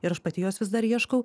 ir aš pati jos vis dar ieškau